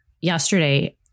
yesterday